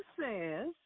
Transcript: says